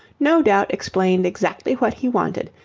no doubt explained exactly what he wanted,